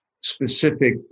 specific